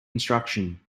instruction